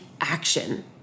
action